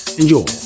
enjoy